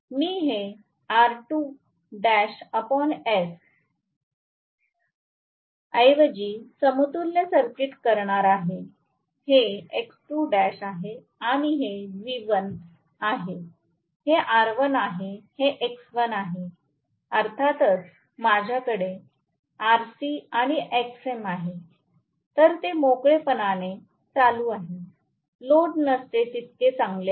मी हे R2ls ऐवजी समतुल्य सर्किट करणार आहे हे X2l आहे आणि हे V1 आहे हे R1 आहे हे X1 आहे अर्थातच माझ्याकडे Rc आणि Xm आहे तर ते मोकळेपणाने चालू आहे लोड नसते तितके चांगले आहे